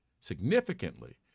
significantly